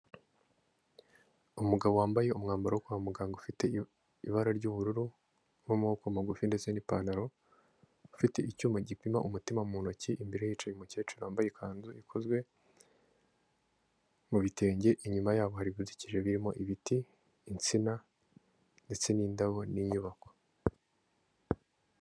Umugabo wambaye umwambaro wo kwa muganga ufite ibara ry'ubururu w'amoboko magufi ndetse n'ipantaro, afite icyuma gipima umutima mu ntoki. Imbere ye hicaye umukecuru wambaye ikanzu ikozwe mu bitenge, inyuma yabo hari igicukiro birimo ibiti, insina ndetse n'indabo, n'inyubako.